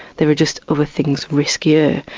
there were just other things riskier.